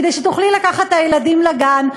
כדי שתוכלי לקחת את הילדים לגן,